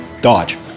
dodge